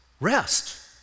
Rest